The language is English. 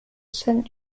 saint